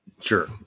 Sure